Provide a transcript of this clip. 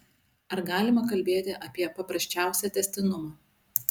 ar galima kalbėti apie paprasčiausią tęstinumą